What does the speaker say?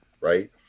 Right